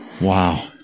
wow